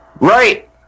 Right